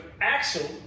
Axel